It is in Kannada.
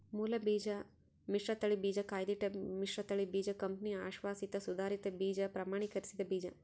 ಮೂಲಬೀಜ ಮಿಶ್ರತಳಿ ಬೀಜ ಕಾಯ್ದಿಟ್ಟ ಮಿಶ್ರತಳಿ ಬೀಜ ಕಂಪನಿ ಅಶ್ವಾಸಿತ ಸುಧಾರಿತ ಬೀಜ ಪ್ರಮಾಣೀಕರಿಸಿದ ಬೀಜ